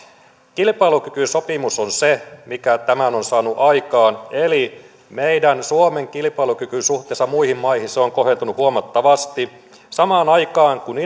kilpailukykysopimus on se mikä tämän on saanut aikaan eli meidän suomen kilpailukyky suhteessa muihin maihin on kohentunut huomattavasti samaan aikaan kun